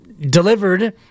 delivered